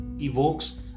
evokes